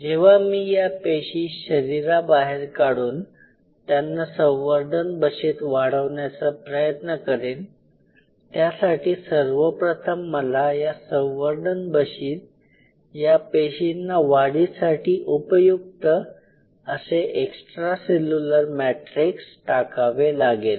जेव्हा मी या पेशी शरीराबाहेर काढून त्यांना संवर्धन बशीत वाढवण्याच्या प्रयत्न करेन त्यासाठी सर्वप्रथम मला या संवर्धन बशीत या पेशींना वाढीसाठी उपयुक्त असे एक्स्ट्रा सेल्युलर मॅट्रिक्स टाकावे लागेल